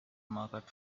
market